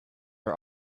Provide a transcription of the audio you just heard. are